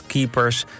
Keepers